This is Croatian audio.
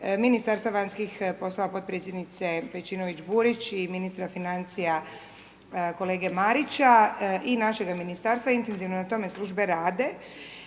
Ministarstva vanjskih poslova potpredsjednice Pejčinović-Burić i ministra financija kolega Marića i našega Ministarstva. Intenzivno na tome službe rade.